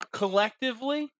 collectively